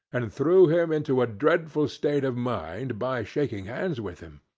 and threw him into a dreadful state of mind by shaking hands with him.